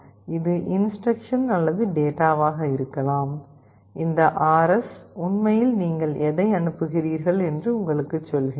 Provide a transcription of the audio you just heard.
இது இன்ஸ்டிரக்க்ஷன் அல்லது டேட்டாவாக இருக்கலாம் இந்த RS உண்மையில் நீங்கள் எதை அனுப்புகிறீர்கள் என்று உங்களுக்கு சொல்கிறது